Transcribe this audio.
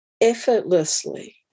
effortlessly